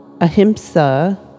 Ahimsa